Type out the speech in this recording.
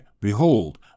Behold